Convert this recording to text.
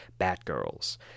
Batgirls